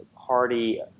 party